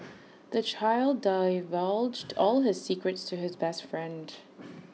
the child divulged all his secrets to his best friend